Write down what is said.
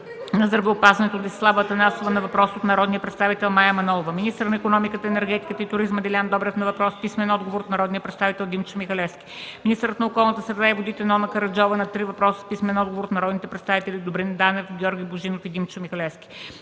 Добрев – на въпрос с писмен отговор от народния представител Димчо Михалевски;